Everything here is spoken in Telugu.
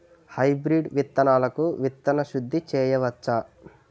హైబ్రిడ్ విత్తనాలకు విత్తన శుద్ది చేయవచ్చ?